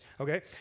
okay